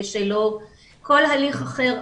כל הליך אחר,